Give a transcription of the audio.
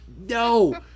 no